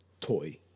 toy